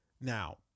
Now